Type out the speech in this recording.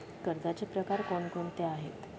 कर्जाचे प्रकार कोणकोणते आहेत?